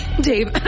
Dave